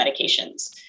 medications